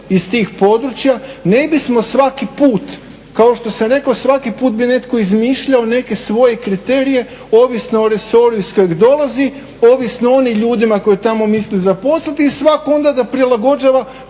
iz tih područja ne bismo svaki put kao što sam rekao, svaki put bi netko izmišljao neke svoje kriterije ovisno o resoru iz kojeg dolazi, ovisno o onim ljudima koji tamo misle zaposliti i svatko onda da prilagođava